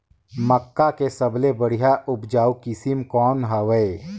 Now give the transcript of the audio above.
मक्का के सबले बढ़िया उपजाऊ किसम कौन हवय?